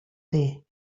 day